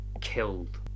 killed